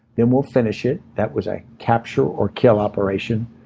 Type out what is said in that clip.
then, we'll finish it, that was a capture or kill operation.